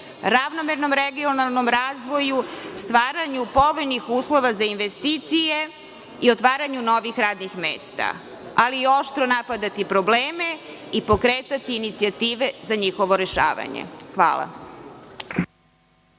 ravnomernom regionalnom razvoju, stvaranju povoljnih uslova za investicije, i otvaranju novih radnih mesta, ali oštro napadati probleme i pokretati inicijative za njihovo rešavanje. Hvala.